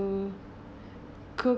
to cook